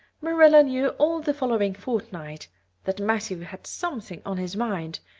marilla knew all the following fortnight that matthew had something on his mind,